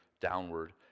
downward